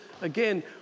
Again